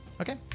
Okay